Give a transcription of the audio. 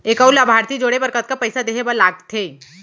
एक अऊ लाभार्थी जोड़े बर कतका पइसा देहे बर लागथे?